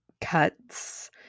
cuts